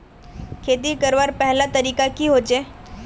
खेती करवार पहला तरीका की होचए?